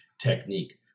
technique